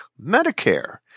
Medicare